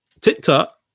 TikTok